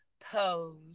Pose